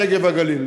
הנגב והגליל".